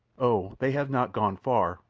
oh, they have not gone far,